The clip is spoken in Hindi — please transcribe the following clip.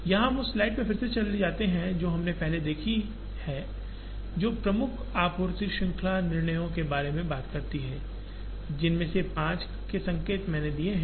यहां हम उस स्लाइड पर फिर से जाते हैं जो हमने पहले देखी है जो प्रमुख आपूर्ति श्रृंखला निर्णयों के बारे में बात करती है जिनमे से पांच का संकेत मैंने दिया है